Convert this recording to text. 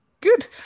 Good